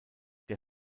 der